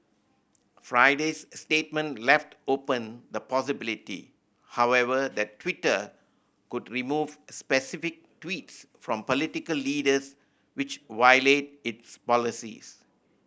Friday's statement left open the possibility however that Twitter could remove specific tweets from political leaders which violate its policies